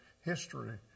history